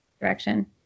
direction